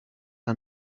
are